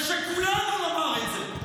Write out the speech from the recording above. ושכולנו נאמר את זה.